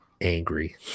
angry